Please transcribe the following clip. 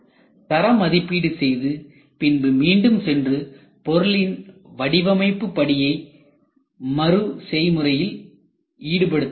தரமதிப்பீடு செய்து பின்பு மீண்டும் சென்று பொருளின் வடிவமைப்பு படியை மறு செய்முறையில் ஈடுபடுத்த வேண்டும்